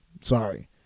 Sorry